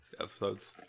episodes